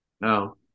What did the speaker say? no